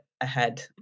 ahead